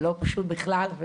לא פשוט בכלל.